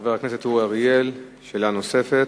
חבר הכנסת אורי אריאל, שאלה נוספת.